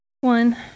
One